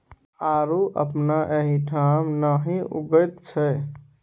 आड़ू अपना एहिठाम नहि उगैत छै